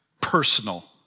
personal